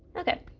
okay